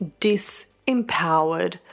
disempowered